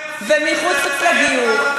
ומחוץ לגיור.